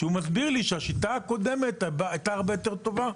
שמסביר לי שהשיטה הקודמת הייתה הרבה יותר טובה.